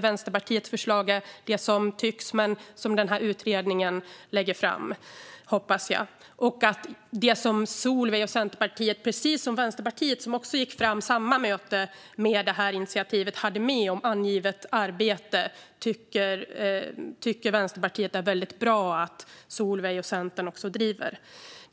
Vänsterpartiet tycker också att det är mycket bra att även Centerpartiet är med och driver på detta om angivet arbete.